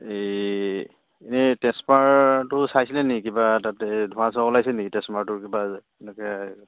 এই এনেই ট্ৰেঞ্চফৰ্মাৰটো চাইছিলে নি কিবা তাতে ধোৱা চোৱা ওলাইছিলে নেকি ট্ৰেঞ্চফৰ্মাৰটো কিবা এনেকে